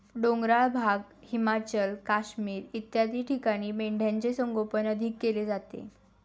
डोंगराळ भाग, हिमाचल, काश्मीर इत्यादी ठिकाणी मेंढ्यांचे संगोपन अधिक केले जाते